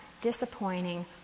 disappointing